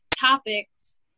topics